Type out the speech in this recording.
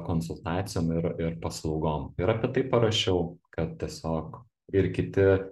konsultacijom ir ir paslaugom ir apie tai parašiau kad tiesiog ir kiti